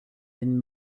den